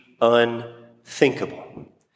unthinkable